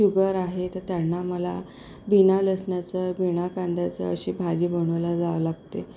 sugar आहे तर त्यांना आम्हाला बिना लसणाचं बिना कांद्याचं अशी भाजी बनवायला जावं लागते